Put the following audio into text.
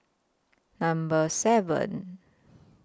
Number seven